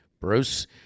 Bruce